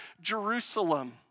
Jerusalem